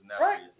Right